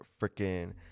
freaking